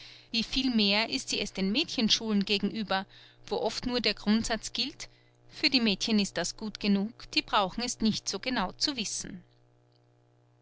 wie viel mehr ist sie es den mädchenschulen gegenüber wo nur zu oft der grundsatz gilt für die mädchen ist das gut genug die brauchen es nicht so genau zu wissen